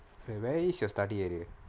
okay where is your study already